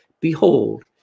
Behold